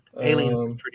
Alien